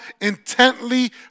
intently